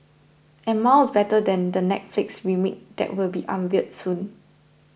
and miles better than the Netflix remake that will be unveiled soon